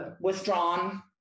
withdrawn